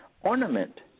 ornament